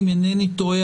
אם אינני טועה,